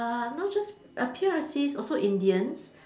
uh not just uh P_R_Cs also Indians